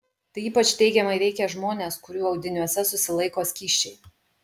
tai ypač teigiamai veikia žmones kurių audiniuose susilaiko skysčiai